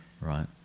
right